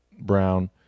Brown